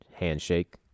handshake